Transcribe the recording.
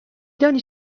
دانی